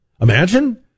Imagine